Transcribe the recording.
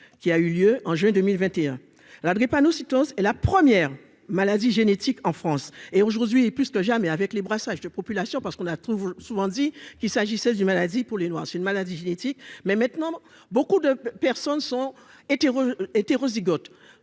qui a eu lieu en juin 2021. La drépanocytose et la première maladie génétique en France et aujourd'hui plus que jamais avec les brassages de population parce qu'on a trop souvent dit qu'il s'agissait d'une maladie pour les noirs, c'est une maladie génétique, mais maintenant, beaucoup de personnes sont était hétérozygote